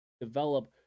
develop